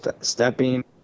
stepping